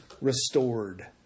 restored